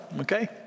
okay